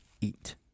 eat